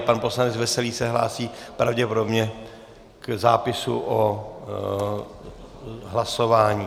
Pan poslanec Veselý se hlásí pravděpodobně k zápisu o hlasování.